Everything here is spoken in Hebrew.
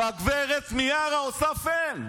וגב' מיארה עושה פן.